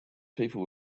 people